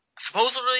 Supposedly